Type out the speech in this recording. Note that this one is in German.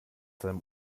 seinem